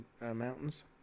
mountains